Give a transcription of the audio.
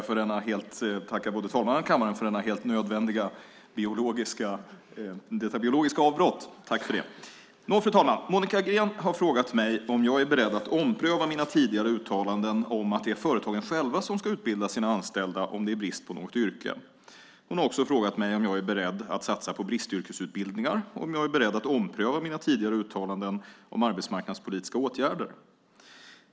Fru talman! Monica Green har frågat mig om jag är beredd att ompröva mina tidigare uttalanden om att det är företagen själva som ska utbilda sina anställda om det är brist på något yrke. Hon har också frågat mig om jag är beredd att satsa på bristyrkesutbildningar och om jag är beredd att ompröva mina tidigare uttalanden om arbetsmarknadspolitiska åtgärder.